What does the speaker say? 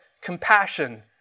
compassion